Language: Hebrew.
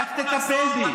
איך תטפל בי?